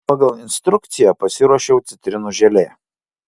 pagal instrukciją pasiruošiau citrinų želė